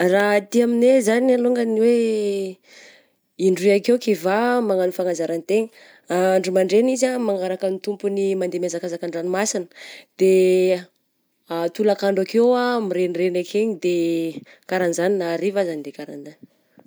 Raha aty amigany zany alongany hoe in-droy akeo kivà magnano fanazaran-tegna, andro mandrainy izy ah mangaraka ny tompogny mandeha mihazakazaka an-dranomasina, de tolok'andro akeo ah, miregniregny akegny de ka raha zany na hariva aza de ka raha zagny.